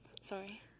Sorry